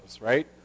right